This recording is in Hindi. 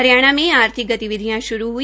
हरियाणा में आर्थिक गतिविधियां शुरू हई